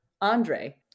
Andre